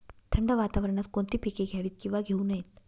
थंड वातावरणात कोणती पिके घ्यावीत? किंवा घेऊ नयेत?